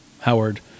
Howard